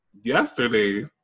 Yesterday